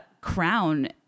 crown